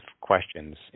questions